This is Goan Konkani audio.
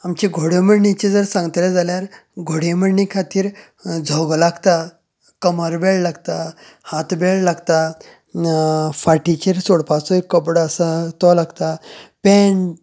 आमचें घोडेमोडणीचे जर सांगतले जाल्यार घोडेमोडणी खातीर झगो लागता कमर बेल्ट लागता हात बेल्ट लागता फाटीचेर सोडपाचो कपडो आसा तो लागता पँट